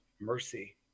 mercy